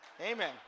Amen